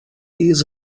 ears